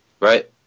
right